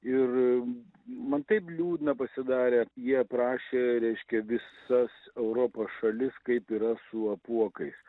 ir man taip liūdna pasidarė jie aprašė reiškia visas europos šalis kaip yra su apuokais